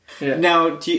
now